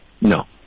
No